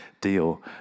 deal